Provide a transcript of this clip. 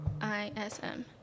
i-s-m